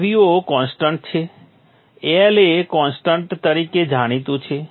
આ Vo constant છે L એ કોન્સ્ટન્ટ તરીકે જાણીતું છે